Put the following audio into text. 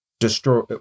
destroy